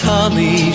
Tommy